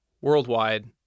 worldwide